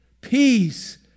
Peace